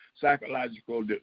psychological